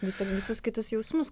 visu visus kitus jausmus